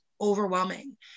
overwhelming